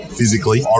physically